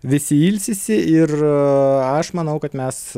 visi ilsisi ir aš manau kad mes